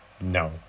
No